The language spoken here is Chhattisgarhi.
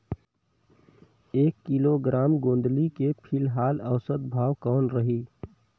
एक किलोग्राम गोंदली के फिलहाल औसतन भाव कौन रही?